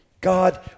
God